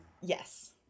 Yes